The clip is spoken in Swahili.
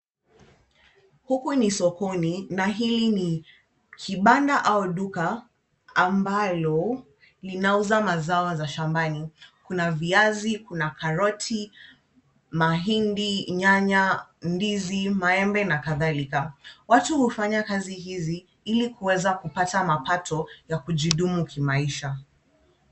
Huku ni sokoni na hili ni kibanda au duka, ambalo linauza mazao za shambani. Kuna viazi, kuna karoti, mahindi, nyanya, ndizi, maembe na kadhalika. Watu hufanya kazi hizi ili kuweza kupata mapato ya kujimudu kimaisha.